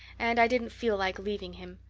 and i didn't feel like leaving him.